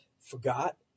forgot